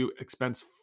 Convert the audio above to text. expense